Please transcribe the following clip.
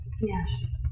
Yes